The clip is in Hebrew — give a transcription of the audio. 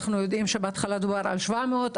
אנחנו יודעים שבהתחלה דובר על 700,